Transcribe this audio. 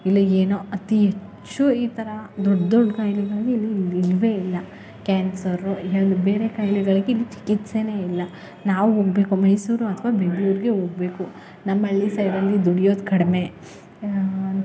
ಇಲ್ಲ ಏನೋ ಅತಿ ಹೆಚ್ಚು ಈ ಥರ ದೊಡ್ಡ ದೊಡ್ಡ ಕಾಯಿಲೆಗಳ್ಗೆ ಇಲ್ಲಿ ಇಲ್ಲವೇ ಇಲ್ಲ ಕ್ಯಾನ್ಸರು ಯಾವುದು ಬೇರೆ ಕಾಯ್ಲೆಗಳಿಗೆ ಇಲ್ಲಿ ಚಿಕಿತ್ಸೆಯೇ ಇಲ್ಲ ನಾವು ಹೋಗ್ಬೇಕು ಮೈಸೂರು ಅಥ್ವಾ ಬೆಂಗ್ಳೂರಿಗೆ ಹೋಗ್ಬೇಕು ನಮ್ಮ ಹಳ್ಳಿ ಸೈಡಲ್ಲಿ ದುಡಿಯೋದು ಕಡಿಮೆ